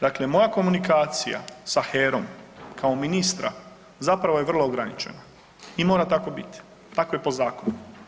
Dakle, moja komunikacija sa HERA-om kao ministra zapravo je vrlo ograničena i mora tako biti, tako je po zakonu.